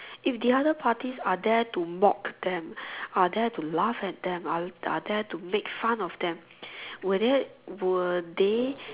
if the other parties are there to mock them are there to laugh at them are are there to make fun of them will there will they